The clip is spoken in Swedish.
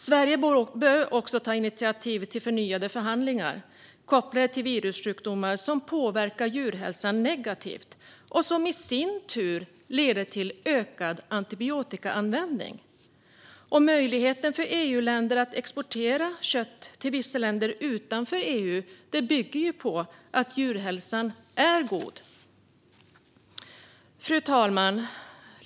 Sverige bör också ta initiativ till förnyade förhandlingar kopplade till virussjukdomar som påverkar djurhälsan negativt och som i sin tur leder till ökad antibiotikaanvändning. Möjligheten för EU-länder att exportera kött till vissa länder utanför EU bygger på att djurhälsan är god. Fru talman!